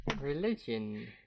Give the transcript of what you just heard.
Religion